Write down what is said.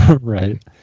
Right